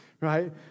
right